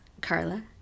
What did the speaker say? Carla